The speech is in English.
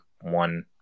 one